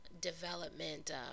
development